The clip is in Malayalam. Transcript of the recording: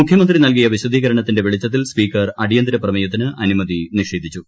മുഖ്യന്ത്രി നൽകിയ വിശദീകരണത്തിന്റെ വെളിച്ചത്തിൽ സ്പീക്കർ അടിയന്തര പ്രമേയത്തിന് അനുമതി നിഷേധിച്ചു